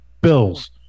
Bills